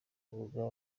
mwuga